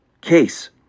case